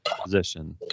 position